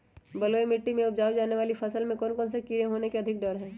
बलुई मिट्टी में उपजाय जाने वाली फसल में कौन कौन से कीड़े होने के अधिक डर हैं?